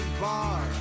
bar